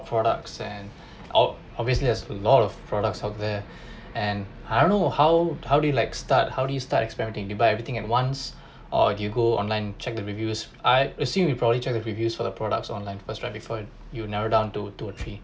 products and ob~ obviously there's a lot of products out there and I don't how how do you like start how do you start experimenting you buy everything at once or you go online check the reviews I assume you probably check the reviews for the products online first right before you narrow down to two or three